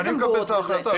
אני מקבל את ההחלטה,